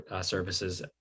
services